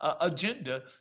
agenda